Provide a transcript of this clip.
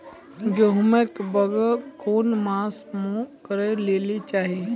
गेहूँमक बौग कून मांस मअ करै लेली चाही?